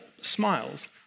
smiles